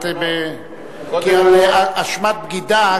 כי אשמת בגידה,